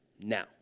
now